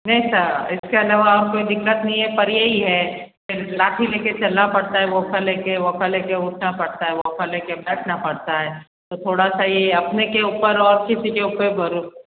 नहीं सर इस के अलावा और कोई दिक्कत नहीं है पर यही है के लाठी ले कर चलना पड़ता है वोकर ले कर वोकर ले कर उठना पड़ता है वोकर ले कर बैठना पड़ता है तो थोड़ा सा ये अपने के ऊपर और किसी के ऊपर भरो